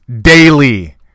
daily